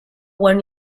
one